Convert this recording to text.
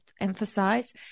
emphasize